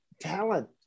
talent